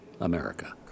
America